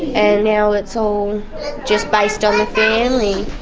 and now it's all just based on the family.